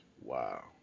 Wow